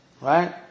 right